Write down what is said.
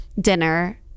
dinner